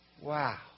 Wow